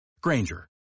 Granger